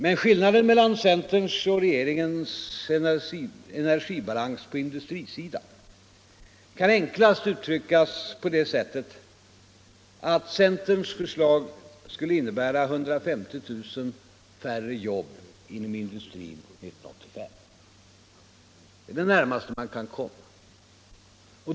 Men skillnaden mellan centerns och regeringens energibalans på industrisidan kan enklast uttryckas på det sättet att centerns förslag skulle innebära 150 000 färre jobb inom industrin 1985. Det är det närmaste man kan komma.